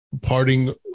parting